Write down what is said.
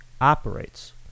operates